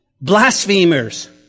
blasphemers